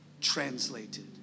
translated